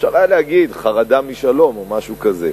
אפשר היה להגיד "חרדה משלום" או משהו כזה.